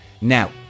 Now